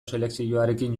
selekzioarekin